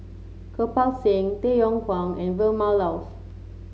Kirpal Singh Tay Yong Kwang and Vilma Laus